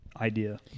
idea